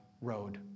road